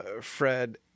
Fred